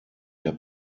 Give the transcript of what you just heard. der